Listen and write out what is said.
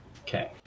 Okay